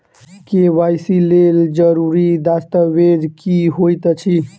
KYC लेल जरूरी दस्तावेज की होइत अछि?